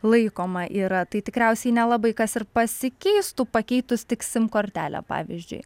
laikoma yra tai tikriausiai nelabai kas ir pasikeistų pakeitus tik sim kortelę pavyzdžiui